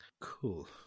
Cool